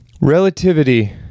Relativity